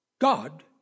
God